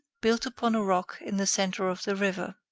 built upon a rock in the centre of the river.